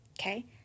okay